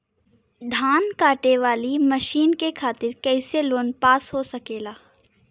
धान कांटेवाली मशीन के खातीर कैसे लोन पास हो सकेला?